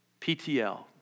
PTL